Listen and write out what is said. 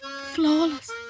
Flawless